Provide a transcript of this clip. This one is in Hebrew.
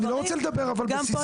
אני לא רוצה לדבר בסיסמאות.